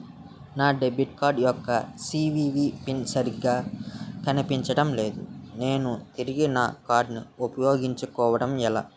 నా debit card యెక్క CVV PIN సరిగా కనిపించడం లేదు నేను తిరిగి నా కార్డ్ఉ పయోగించుకోవడం ఎలా?